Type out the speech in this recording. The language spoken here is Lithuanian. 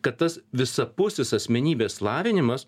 kad tas visapusis asmenybės lavinimas